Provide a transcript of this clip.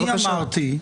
בקרמטוריום,